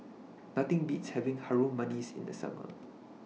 Nothing Beats having Harum Manis in The Summer